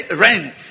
rent